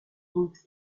books